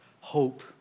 hope